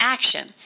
Action